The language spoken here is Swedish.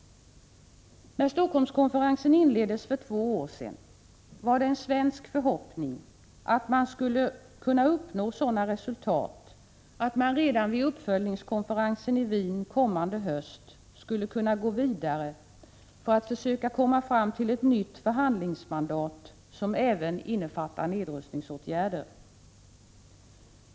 : När Helsingforsskonferensen inleddes för två år sedan var det en svensk förhoppning att man skulle uppnå sådana resultat att man redan vid uppföljningskonferensen i Wien kommande höst skulle kunna gå vidare för att försöka komma fram till ett nytt förhandlingsmandat som även innefattar nedrustningsåtgärder.